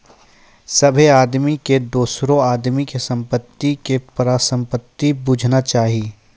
सभ्भे आदमी के दोसरो आदमी के संपत्ति के परसंपत्ति बुझना चाही